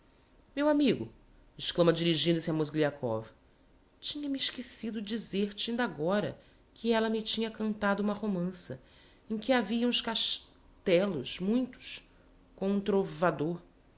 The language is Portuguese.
meu amigo exclama dirigindo-se a mozgliakov tinha-me esquecido dizer-te indagora que ella me tinha cantado uma romança em que havia uns cas tellos muitos com